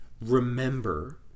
Remember